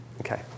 Okay